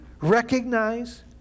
recognize